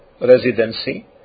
Residency